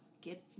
get